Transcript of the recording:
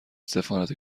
سفارت